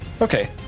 Okay